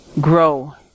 grow